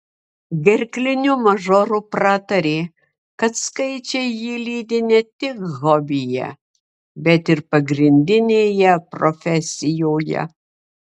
gerkliniu mažoru pratarė kad skaičiai jį lydi ne tik hobyje bet ir pagrindinėje profesijoje